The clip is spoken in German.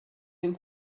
den